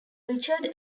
richard